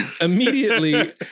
Immediately